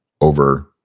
over